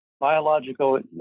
biological